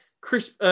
Chris